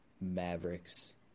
Maverick's